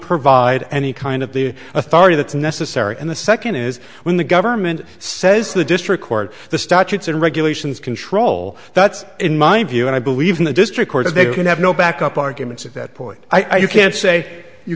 provide any kind of the authority that's necessary and the second is when the government says the district court the statutes and regulations control that's in mind you and i believe in the district court if they can have no backup arguments at that point i can't say you